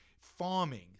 Farming